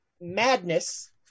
madness